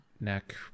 neck